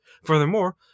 Furthermore